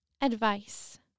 Advice